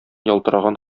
ялтыраган